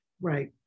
Right